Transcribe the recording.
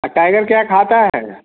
और टाइगर क्या खाता है